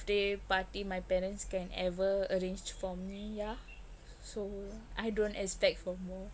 party my parents can ever arranged for me yeah so I don't expect for more